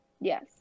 yes